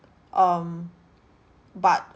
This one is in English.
um but